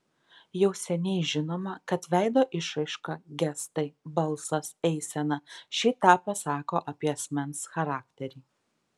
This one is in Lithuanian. jau seniai žinoma kad veido išraiška gestai balsas eisena šį tą pasako apie asmens charakterį